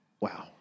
Wow